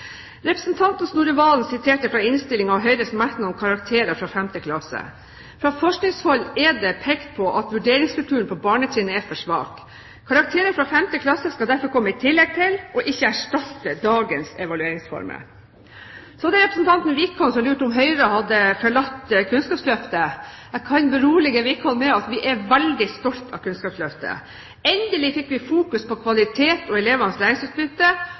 Representanten Snorre Serigstad Valen siterte fra Høyres merknad i innstillingen om karakterer fra 5. klasse. Fra forskningshold er det pekt på at vurderingskulturen på barnetrinnet er for svak. Karakterer fra 5. klasse skal derfor komme i tillegg til, ikke erstatte, dagens evalueringsformer. Så lurte representanten Wickholm på om Høyre hadde forlatt Kunnskapsløftet. Jeg kan berolige Wickholm med at vi er veldig stolte av Kunnskapsløftet. Endelig fikk vi fokus på kvalitet og elevenes læringsutbytte,